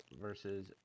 versus